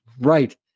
Right